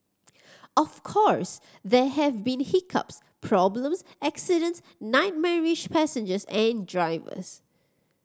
of course there have been hiccups problems accidents nightmarish passengers and drivers